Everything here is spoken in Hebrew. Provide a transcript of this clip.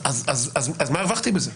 אז מה הרווחתי בזה?